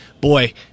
boy